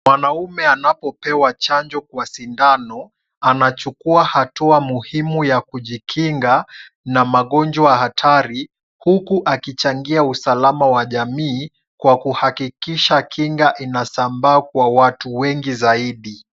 Mwanaume anapopewa chanjo kwa sindano, anachukua hatua muhimu ya kujikinga na magonjwa hatari huku akichangia usalama wa jamii kwa kuhakikisha kinga inasambaa kwa watu wengi zaidi.